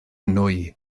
nwy